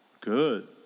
Good